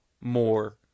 more